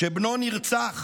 שבנו נרצח